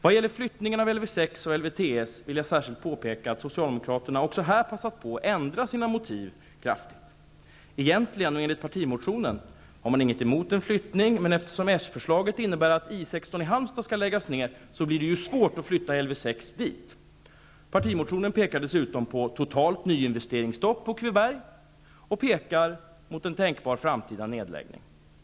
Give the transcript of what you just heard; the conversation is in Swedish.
Vad gäller flyttningen av Lv 6 och LvTS vill jag särskilt påpeka att Socialdemokraterna också här passat på att ändra sina motiv kraftigt. Egentligen, och enligt partimotionen, har man inget emot en flyttning, men eftersom Socialdemokraternas förslag innebär att I 16 i Halmstad skall läggas ned, blir det svårt att flytta den dit. I partimotionen krävs dessutom nyinvesteringsstopp på Kviberg och talas om en tänkbar framtida nedläggning.